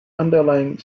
underlying